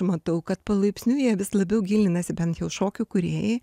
matau kad palaipsniui jie vis labiau gilinasi bent jau šokių kūrėjai